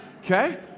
Okay